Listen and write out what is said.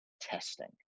testing